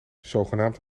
zogenaamd